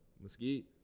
Mesquite